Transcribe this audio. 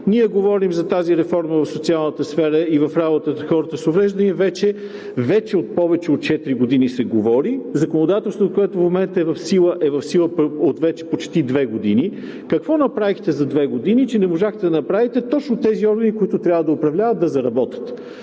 Ние говорим за тази реформа в социалната сфера и в работата с хората с увреждания вече повече от четири години. Законодателството, което в момента е в сила, е в сила от вече почти две години. Какво направихте за две години, че не можахте да направите точно тези органи, които трябва да управляват, да заработят?